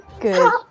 Good